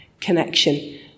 connection